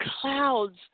clouds